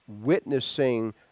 witnessing